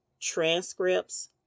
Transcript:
transcripts